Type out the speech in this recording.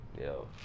Yo